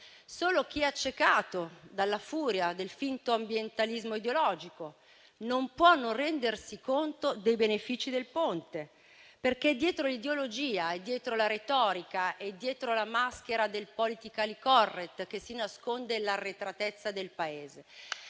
Solo chi è accecato dalla furia del finto ambientalismo ideologico non può non rendersi conto dei benefici del Ponte, perché è dietro l'ideologia, dietro la retorica e dietro la maschera del *politically correct* che si nasconde l'arretratezza del Paese.